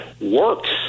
works